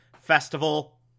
Festival